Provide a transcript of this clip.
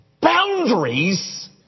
boundaries